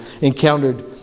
encountered